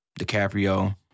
DiCaprio